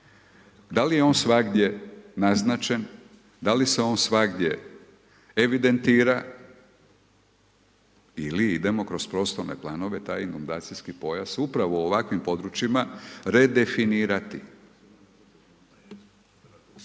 da li je on svagdje naznačen, da li se on svagdje evidentira ili idemo kroz prostorne planove taj inundacijski pojas upravo u ovakvim područjima redefinirati.